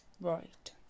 Right